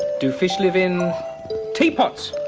do fish live in teapots?